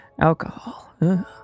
alcohol